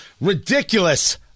Ridiculous